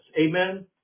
amen